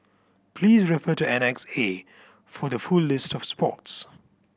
please refer to Annex A for the full list of sports